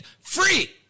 free